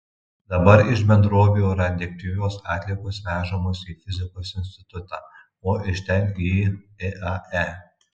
dabar iš bendrovių radioaktyvios atliekos vežamos į fizikos institutą o iš ten į iae